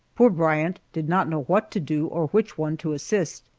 poor bryant did not know what to do or which one to assist,